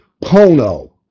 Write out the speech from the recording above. Pono